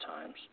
times